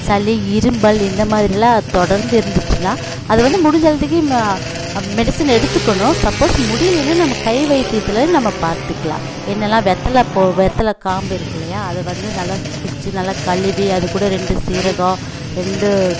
சளி இரும்பல் இந்தமாதிரிலாம் தொடர்ந்து இருந்துச்சுனா அதுவந்து முடிஞ்ச ஹெல்திக்கு ம மெடிசின் எடுத்துக்கணும் சப்போஸ் முடியலேனா நம்ம கை வைத்தியத்தில் நம்ம பார்த்துக்கலாம் என்னெல்லாம் வெத்தலை போ வெத்தலைக் காம்பிருக்கில்லையா அதை வந்து நல்லா பிச்சு நல்லா கழுவி அதுகூட ரெண்டு சீரகம் ரெண்டு